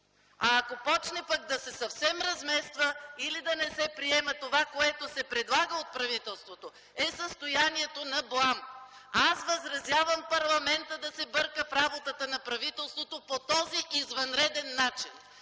А ако започне съвсем да се размества или да не се приеме това, което се предлага от правителството, е състоянието на блама. Аз възразявам парламентът да се бърка в работата на правителството по този извънреден начин!